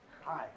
Hi